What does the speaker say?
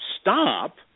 stop